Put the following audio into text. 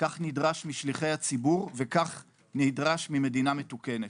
כך נדרש משליחי הציבור וממדינה מתוקנת.